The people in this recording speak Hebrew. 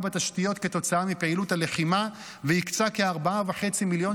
בתשתיות כתוצאה מפעילות הלחימה והקצה כ-4.5 מיליון